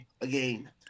again